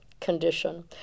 condition